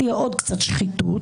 תהיה עוד קצת שחיתות,